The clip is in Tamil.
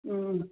ம்